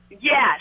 Yes